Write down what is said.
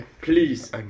Please